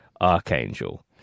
Archangel